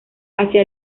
hacia